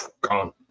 Gone